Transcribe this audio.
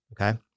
Okay